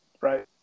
Right